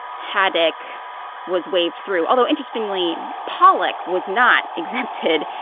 haddock was waved through, although interestingly, pollock was not exempted,